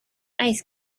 ice